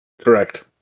Correct